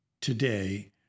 today